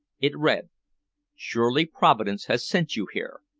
it read surely providence has sent you here!